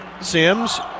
Sims